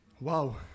Wow